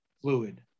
fluid